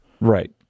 Right